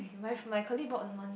my my colleague bought the one